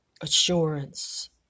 assurance